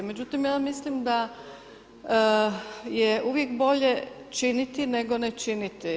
Međutim, ja mislim da je uvijek bolje činiti nego ne činiti.